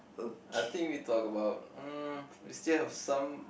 I think we talk about mm we still have some